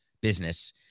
business